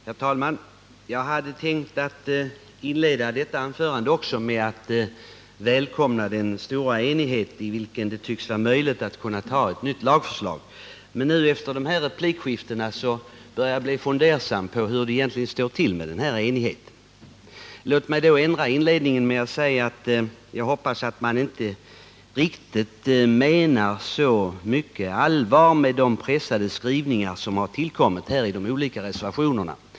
Herr talman! Jag hade tänkt inleda detta anförande med att välkomna den stora enighet i vilken det tycks vara möjligt att anta de föreliggande lagförslagen. Men efter att ha lyssnat till de replikskiften som förekommit börjar jag bli fundersam över hur det står till med enigheten. Låt mig därför i stället säga att jag hoppas att man inte riktigt menar allvar med de pressade skrivningar som förekommer i de olika reservationerna.